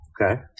Okay